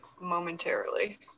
momentarily